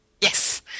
Yes